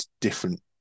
different